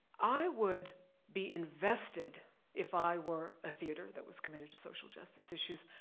i would be invested if i were a theater that was committed to social justice issues.